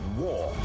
war